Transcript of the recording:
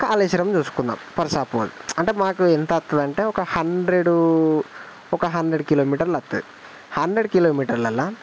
కాళేశ్వరం చూసుకుందాం per suppose అంటే మాకు ఎంత వస్తదంటే ఒక హండ్రెడ్ కిలోమీటర్లు అత్తది హండ్రెడ్ కిలోమీటర్లలో